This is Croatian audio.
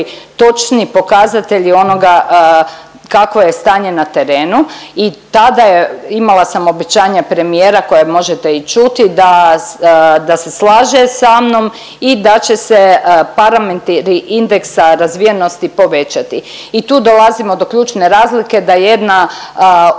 točni pokazatelji onoga kakvo je stanje na terenu i tada je imala sam obećanje premijera koje možete i čuti da se slaže sa mnom i da će se parametri indeksa razvijenosti povećati. I tu dolazimo do ključne razlike da jedna općina